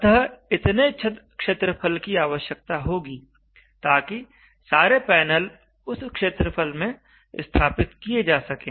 अतः इतने छत क्षेत्रफल की आवश्यकता होगी ताकि सारे पैनल उस क्षेत्रफल में स्थापित किए जा सकें